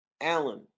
Allen